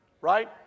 Right